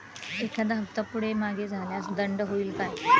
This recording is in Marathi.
एखादा हफ्ता पुढे मागे झाल्यास दंड होईल काय?